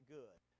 good